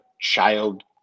child